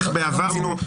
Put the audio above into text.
איך בעבר מינו?